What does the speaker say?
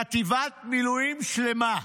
חטיבת מילואים שלמה,